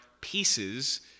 pieces